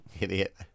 Idiot